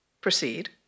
Proceed